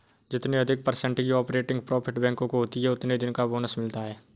जितने अधिक पर्सेन्ट की ऑपरेटिंग प्रॉफिट बैंकों को होती हैं उतने दिन का बोनस मिलता हैं